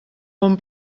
bon